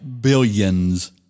billions